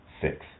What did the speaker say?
Six